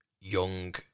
young